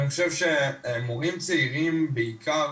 ואני חושב שמורים צעירים בעיקר